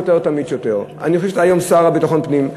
שוטר תמיד שוטר: אני חושב שאתה היום השר לביטחון הפנים,